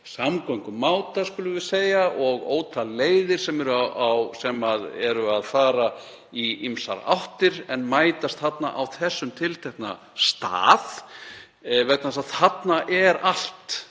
samgöngumáta, skulum við segja, og ótal leiðir í ýmsar áttir en mætast þarna á þessum tiltekna stað vegna þess að þar eru allar